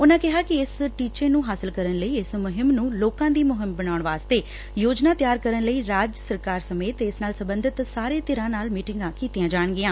ਉਨਾਂ ਕਿਹਾ ਕਿ ਇਸ ਟੀਚੇ ਨੂੰ ਹਾਸਲ ਕਰਨ ਲਈ ਇਸ ਮੁਹਿੰਮ ਨੂੰ ਲੋਕਾਂ ਦੀ ਮੁਹਿੰਮ ਬਣਾਉਣ ਵਾਸਤੇ ਯੋਜਨਾ ਤਿਆਰ ਕਰਨ ਲਈ ਰਾਜ ਸਰਕਾਰ ਸਮੇਤ ਸਾਰੇ ਹਿੱਸੇਦਾਰਾ ਨਾਲ ਲੜੀਵਾਰ ਮੀਟਿੰਗਾ ਕੀਤੀਆ ਜਾਣਗੀਆਂ